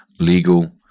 legal